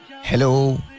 Hello